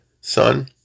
son